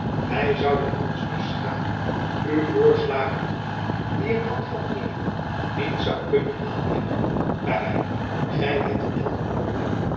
wy zouden ons dus schamen u voorslagen te doen die een man van eer niet zoû kunnen aannemen daarby gy hebt een helder oordeel